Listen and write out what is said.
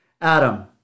Adam